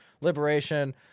liberation